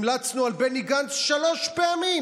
המלצנו על בני גנץ שלוש פעמים,